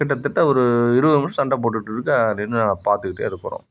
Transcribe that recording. கிட்டத்தட்ட ஒரு இருபது நிமிஷம் சண்டடைபோட்டுகிட்டு இருக்குது அதை நின்று நாங்கள் பார்த்துட்டே இருக்கிறோம்